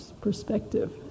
perspective